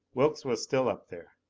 wilks was still up there!